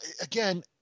again